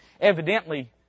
Evidently